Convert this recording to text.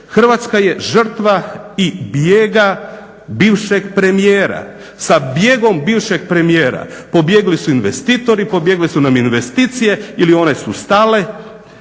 Hrvatska je žrtva i bijega bivšeg premijera. Sa bijegom bivšeg premijera pobjegli su investitori, pobjegle su nam investicije ili one su stale